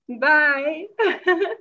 Bye